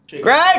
Greg